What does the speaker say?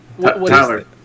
Tyler